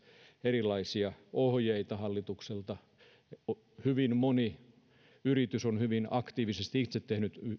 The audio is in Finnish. erilaisia ohjeita hallitukselta ja kun hyvin moni yritys on hyvin aktiivisesti itse tehnyt